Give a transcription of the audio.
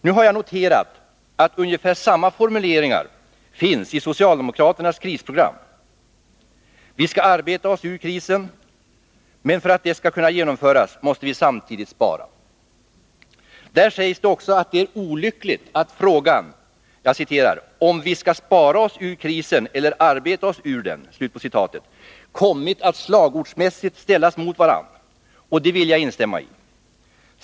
Jag har noterat att ungefär samma formuleringar finns i socialdemokraternas krisprogram: ”——-— vi skall arbeta oss ur krisen”, men för att detta ”skall kunna genomföras måste vi samtidigt spara”. Där sägs också att det är olyckligt att frågan ”om vi ska spara oss ur krisen eller arbeta oss ur den” kommit att slagordsmässigt ställas mot varandra. Detta vill jag gärna instämma i.